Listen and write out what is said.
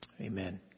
Amen